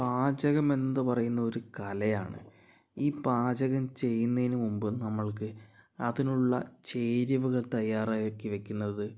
പാചകം എന്നത് പറയുന്നത് ഒരു കലയാണ് ഈ പാചകം ചെയ്യുന്നതിന് മുമ്പ് നമ്മൾക്ക് അതിനുള്ള ചേരുവകൾ തയ്യാറാക്കി വെക്കുന്നത്